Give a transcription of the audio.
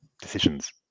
decisions